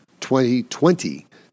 2020